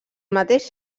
mateix